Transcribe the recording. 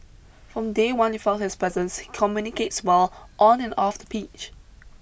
from day one you felt his presence communicates well on and off the pitch